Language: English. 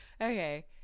Okay